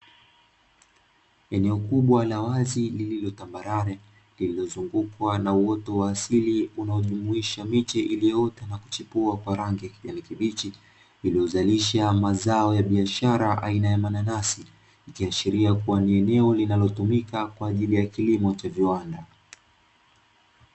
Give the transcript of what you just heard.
Eneo kubwa la wazi lillilo tambarare, lililozungukwa na uoto wa asili unaojumuisha miche iliyoota na kuchipua kwa rangi ya kijani kibichi. Iliyozalisha mazao ya biashara aina ya mananasi, ikiashiria kuwa ni eneo linalotumika kwa ajili ya kilimo cha viwanda.